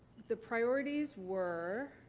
the priorities were